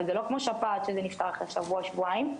וזה לא כמו שפעת שזה נמשך שבוע שבועיים,